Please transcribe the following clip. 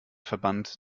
verband